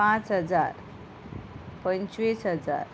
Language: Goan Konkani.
पांच हजार पंचवीस हजार